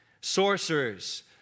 sorcerers